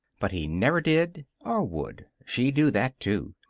but he never did, or would. she knew that, too.